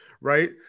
right